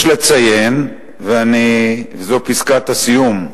יש לציין, זו פסקת הסיום,